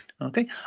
Okay